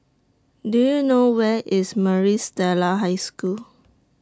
Do YOU know Where IS Maris Stella High School